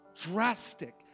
drastic